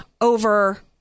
over